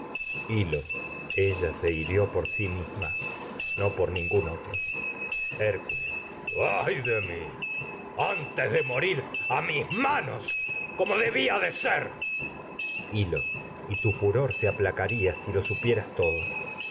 hil lo ella hirió por sí misma no por ningim otro hércules av de mí antes de morir a mis ma nos como debía de ser hil lo y tu furor se aplacaría si lo discurso supieras todo